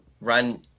run